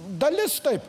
dalis taip